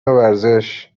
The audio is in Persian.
ورزش